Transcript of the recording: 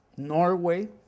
Norway